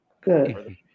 Good